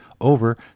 over